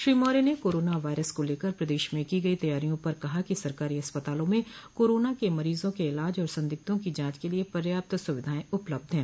श्री मौर्य ने corona virus को लेकर प्रदेश में की गई तैयारियों पर कहा कि सरकारी अस्पतालों में कोरोना के मरीजों के इलाज और संदिग्धों की जांच के लिए पर्याप्त सुविधाएं उपलब्ध हैं